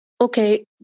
okay